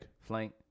Flank